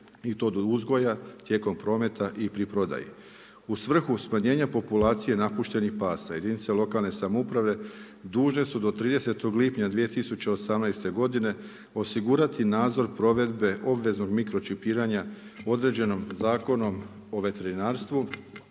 i to do uzgoja tijekom prometa i pri prodaji. U svrhu smanjenja populacije napuštenih pasa jedinica lokalne samouprave, dužne su do 30.6.2018. godine osigurati nadzor provedbe obveznog mikročipiranja, određenom zakonom o veterinarstvu,